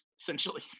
Essentially